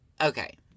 Okay